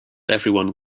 everyone